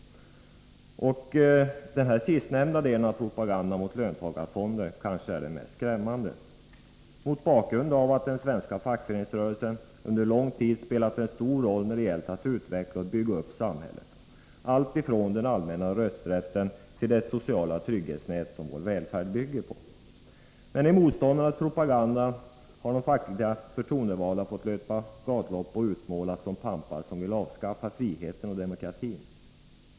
Den här sistnämnda delen av propagandan mot löntagarfonder kanske är den mest skrämmande, mot bakgrund av att den svenska fackföreningsrörelsen under lång tid spelat en stor roll när det gällt att utveckla och bygga upp samhället, alltifrån den allmänna rösträtten till det sociala trygghetsnät som vår välfärd bygger på. Men i motståndarnas propaganda har de fackligt förtroendevalda fått löpa gatlopp och utmålats som pampar som vill avskaffa friheten och demokratin.